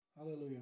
Hallelujah